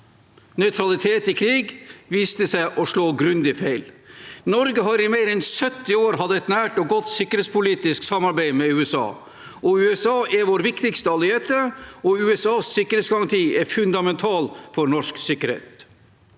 nøytralitet i krig viste seg å slå grundig feil. Norge har i mer enn 70 år hatt et nært og godt sikkerhetspolitisk samarbeid med USA. USA er vår viktigste allierte, og USAs sikkerhetsgaranti er fundamental for norsk sikkerhet.